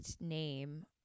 name